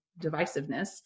divisiveness